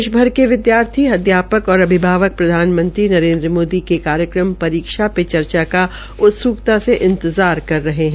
देशभर के विद्यार्थी अध्यापक और अभिभावक प्रधानमंत्री नरेन्द्र मोदी के कार्यक्रम परीक्षा पे चर्चा का उत्सुक्ता से इंतजार कर रहे है